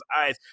eyes